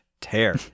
tear